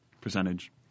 percentage